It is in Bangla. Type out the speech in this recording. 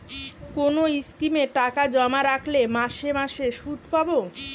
কোন স্কিমে টাকা জমা রাখলে মাসে মাসে সুদ পাব?